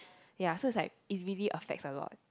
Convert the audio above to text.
ya so it's like it's really affect a lot